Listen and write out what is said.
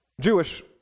Jewish